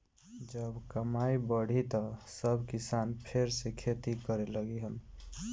जब कमाई बढ़ी त सब किसान फेर से खेती करे लगिहन